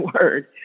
word